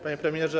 Panie Premierze!